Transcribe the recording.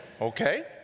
Okay